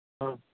हा